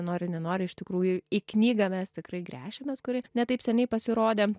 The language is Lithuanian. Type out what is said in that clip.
nori nenori iš tikrųjų į knygą mes tikrai gręšimės kuri ne taip seniai pasirodė